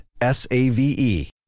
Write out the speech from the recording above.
S-A-V-E